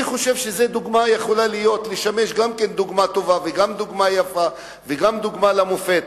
אני חושב שזה יכול לשמש גם דוגמה טובה וגם דוגמה יפה וגם דוגמה למופת,